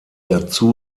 dazu